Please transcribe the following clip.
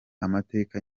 amateka